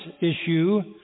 issue